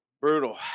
brutal